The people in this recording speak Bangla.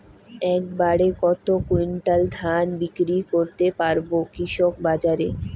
এক বাড়ে কত কুইন্টাল ধান বিক্রি করতে পারবো কৃষক বাজারে?